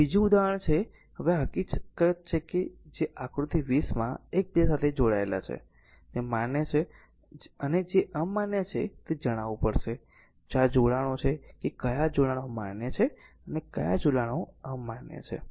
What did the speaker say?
આગળ બીજું ઉદાહરણ છે હવે આ હકીકત છે કે જે આકૃતિ 20 માં એકબીજા સાથે જોડાયેલા છે તે માન્ય છે અને જે અમાન્ય છે તે જણાવવું પડશે 4 જોડાણો છે કે કયા જોડાણો માન્ય છે અને કયા જોડાણો અમાન્ય છે